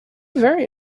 very